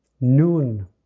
noon